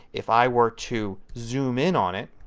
if i were to zoom in on it,